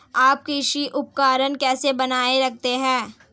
आप कृषि उपकरण कैसे बनाए रखते हैं?